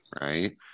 right